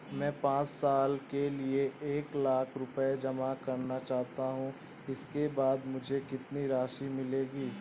मैं पाँच साल के लिए एक लाख रूपए जमा करना चाहता हूँ इसके बाद मुझे कितनी राशि मिलेगी?